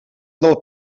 del